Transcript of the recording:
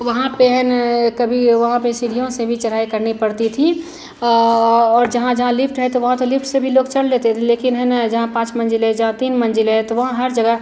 वहाँ पर है ना कभी वहाँ पर सीढ़ियों से भी चढ़ाई करनी पड़ती थी और जहाँ जहाँ लिफ़्ट है तो वहाँ तो लिफ़्ट से भी लोग चढ़ लेते थे लेकिन है ना जहाँ पाँच मंज़िल है जहाँ तीन मंज़िल है तो वहाँ हर जगह